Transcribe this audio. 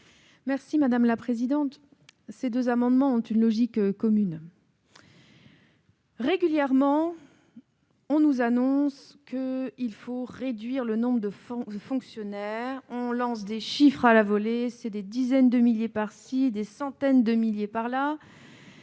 ces deux amendements. Ces deux amendements ont une logique commune. Régulièrement, on nous annonce qu'il faut réduire le nombre de fonctionnaires. On lance des chiffres à la volée, ce sont des dizaines de milliers de postes par-ci, des centaines de milliers de